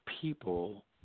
people